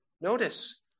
Notice